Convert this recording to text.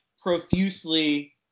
profusely